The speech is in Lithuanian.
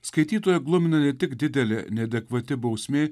skaitytoją glumina ne tik didelė neadekvati bausmė